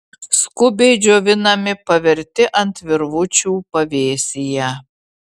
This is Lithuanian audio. skubiai džiovinami paverti ant virvučių pavėsyje